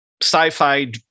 sci-fi